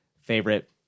favorite